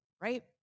Right